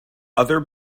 other